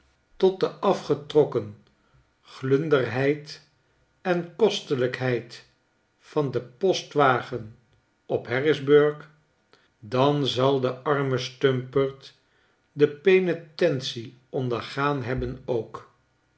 tot de afgetrokken glunderheid en kostelijkheid van den postwagen op harrisburgh dan zal de arme stumperd de penetentie ondergaan hebben ook